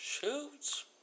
Shoots